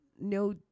no